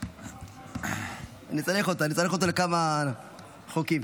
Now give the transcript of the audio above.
אני צריך אותו לכמה חוקים.